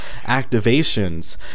activations